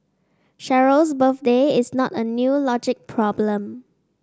Cheryl's birthday is not a new logic problem